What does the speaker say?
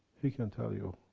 he can tell you.